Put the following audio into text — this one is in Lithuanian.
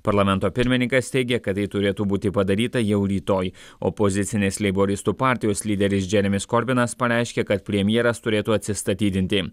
parlamento pirmininkas teigė kad tai turėtų būti padaryta jau rytoj opozicinės leiboristų partijos lyderis džeremis korbinas pareiškė kad premjeras turėtų atsistatydinti